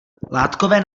látkové